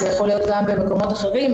זה יכול להיות במקומות אחרים.